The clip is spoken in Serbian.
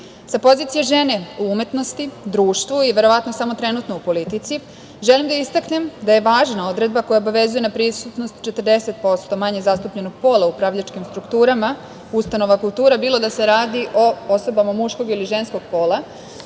pozicije žene u umetnosti, društvu i verovatno samo trenutno u politici, želim da istaknem da je važna odredba koja obavezuje na prisutnost 40% manje zastupljenog pola u upravljačkim strukturama ustanova kultura, bilo da se radi o osobama muškog ili ženskog pola,